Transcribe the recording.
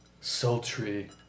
sultry